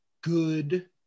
good